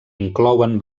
inclouen